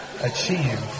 achieve